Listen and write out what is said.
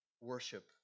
worship